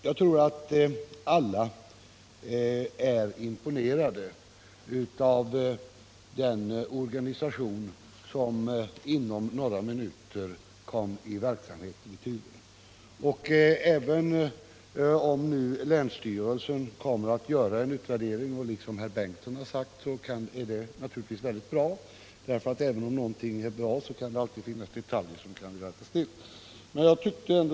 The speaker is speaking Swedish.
Jag tror att alla är imponerade av den organisation som inom några minuter kom i verksamhet i Tuve. Att länsstyrelsen nu kommer att göra en utvärdering är, som herr Bengtsson redan framhållit, naturligtvis värdefullt, för även om någonting är bra kan det alltid finnas detaljer som bör rättas till.